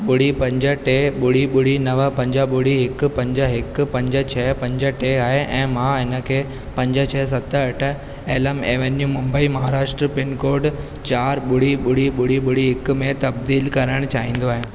ॿुड़ी पंज टे ॿुड़ी ॿुड़ी नव पंज ॿुड़ी हिकु पंज हिकु पंज छ पंज टे आहे ऐं मां इनखे पंज छ सत अठ Elam Avenue Mumbai Maharashtra pincode चार ॿुड़ी ॿुड़ी ॿुड़ी ॿुड़ी हिकु में तबदीलु करणु चाहींदो आहियां